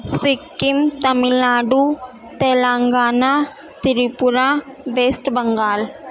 Sikkim Tamil Nadu Telangana Tripura west Bengal